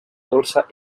dolça